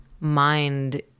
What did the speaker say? Mind